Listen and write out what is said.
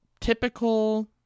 typical